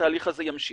התהליך הזה ימשיך,